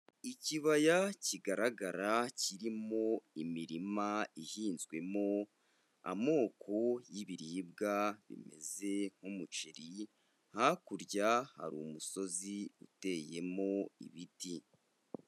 Ikibaya kigaragara kirimo imirima ihinzwemo amoko y'ibiribwa bimeze nk'umuceri, hakurya hari umusozi uteyemo ibiti.